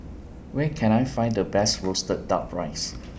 Where Can I Find The Best Roasted Duck Rice